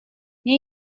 nie